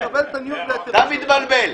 אתה מתבלבל,